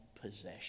possession